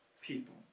people